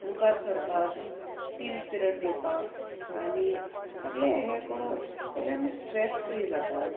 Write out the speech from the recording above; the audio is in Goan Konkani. मुखार सोरपाक टीम स्पिरट दिवपा आनी सगळें हें करून सगळें आमी स्ट्रेस फ्री जाता